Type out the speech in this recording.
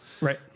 Right